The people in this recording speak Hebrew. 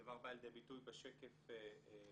הדבר בא לידי ביטוי בשקף הזה,